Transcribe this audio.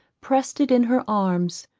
pressed it in her arms,